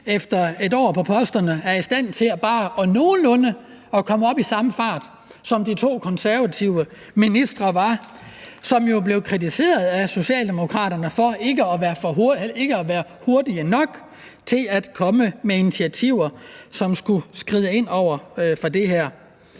efter et år på posterne er i stand til bare nogenlunde at komme op i samme fart, som de to konservative ministre var. De blev jo kritiseret af Socialdemokraterne for ikke at været hurtige nok til at komme med initiativer, som skulle skride ind over for det her.